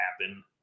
happen